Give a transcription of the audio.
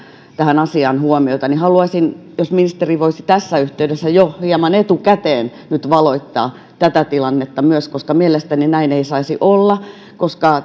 tähän asiaan huomiota jos ministeri voisi jo tässä yhteydessä hieman etukäteen valottaa myös tätä tilannetta koska mielestäni näin ei saisi olla